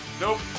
Nope